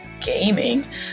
gaming